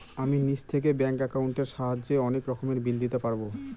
আমি নিজে থেকে ব্যাঙ্ক একাউন্টের সাহায্যে অনেক রকমের বিল দিতে পারবো